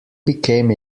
became